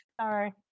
Sorry